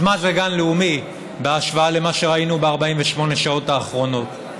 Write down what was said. אז מה זה גן לאומי בהשוואה למה שראינו ב-48 שעות האחרונות?